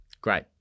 Great